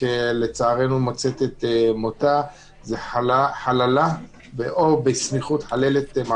שלצערנו מוצאת את מותה הוא "חללה" או "חללת".